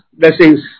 blessings